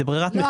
זה ברירת מחדל.